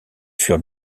furent